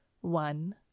one